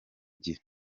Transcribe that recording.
gihe